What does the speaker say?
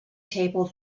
table